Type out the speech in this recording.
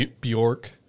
Bjork